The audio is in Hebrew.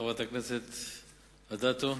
חברת הכנסת אדטו,